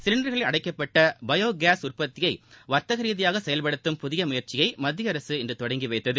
சிலிண்டர்களில் அடைக்கப்பட்ட biogas உற்பத்தியை வர்த்தக ரீதியாக செயல்படுத்தும் புதிய முயற்சியை மத்திய அரசு இன்று தொடங்கி வைத்தது